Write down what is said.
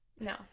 No